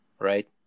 right